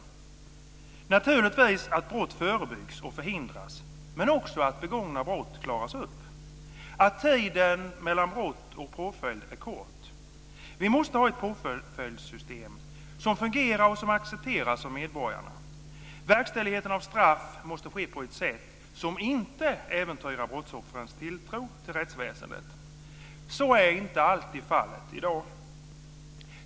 Det innebär naturligtvis att brott förebyggs och förhindras men också att begångna brott klaras upp, att tiden mellan brott och påföljd är kort. Vi måste ha ett påföljdssystem som fungerar och som accepteras av medborgarna. Verkställigheten av straff måste ske på ett sätt som inte äventyrar brottsoffrens tilltro till rättsväsendet. Så är inte alltid fallet i dag.